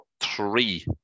three